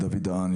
דוד דהן,